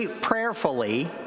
prayerfully